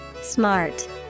Smart